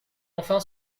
enfin